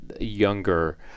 younger